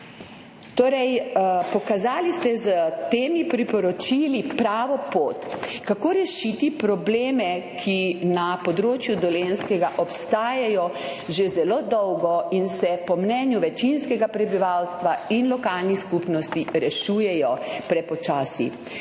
priporočili ste pokazali pravo pot, kako rešiti probleme, ki na področju Dolenjskega obstajajo že zelo dolgo in se po mnenju večinskega prebivalstva in lokalnih skupnosti rešujejo prepočasi.